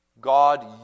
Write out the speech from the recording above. God